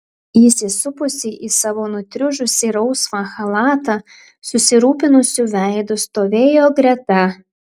įsisupusi į savo nutriušusį rausvą chalatą susirūpinusiu veidu stovėjo greta